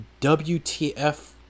WTF